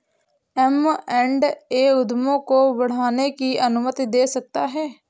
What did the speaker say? M and A उद्यमों को बढ़ाने की अनुमति दे सकता है